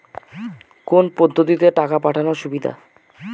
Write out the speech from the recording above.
কোন পদ্ধতিতে টাকা পাঠানো সুবিধা?